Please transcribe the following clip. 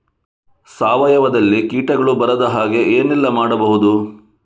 ಸಾವಯವದಲ್ಲಿ ಕೀಟಗಳು ಬರದ ಹಾಗೆ ಏನೆಲ್ಲ ಮಾಡಬಹುದು?